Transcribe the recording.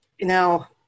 Now